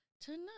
Tonight